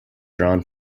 drawn